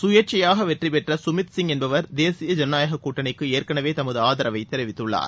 சுயேட்சையாக வெற்றி பெற்ற சுமித்சிங் என்பவர் தேசிய ஜனநாயகக் கூட்டணிக்கு ஏற்கனவே தமது ஆதரவை தெரிவித்துள்ளார்